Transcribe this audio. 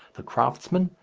the craftsman,